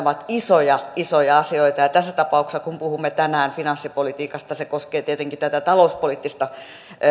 ovat isoja isoja asioita ja tässä tapauksessa kun puhumme tänään finanssipolitiikasta se koskee tietenkin tätä talouspoliittista